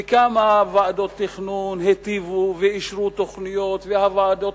וכמה ועדות תכנון היטיבו ואישרו תוכניות והוועדות